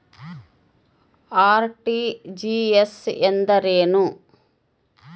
RTGS ಎಂದರೇನು?